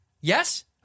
Yes